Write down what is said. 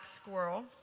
squirrel